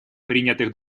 принятых